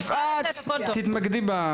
יפעת תתמקדי.